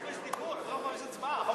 חופש דיבור זה לא חופש הצבעה.